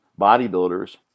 bodybuilders